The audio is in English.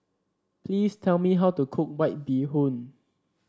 please tell me how to cook White Bee Hoon